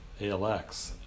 ALX